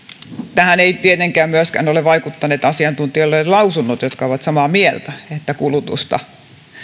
tähän eivät tietenkään myöskään ole vaikuttaneet asiantuntijoiden lausunnot jotka ovat samaa mieltä että kulutusta